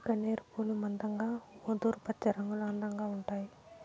గన్నేరు పూలు మందంగా ముదురు పచ్చరంగులో అందంగా ఉంటాయి